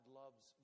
loves